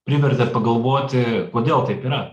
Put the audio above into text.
privertė pagalvoti kodėl taip yra